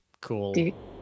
cool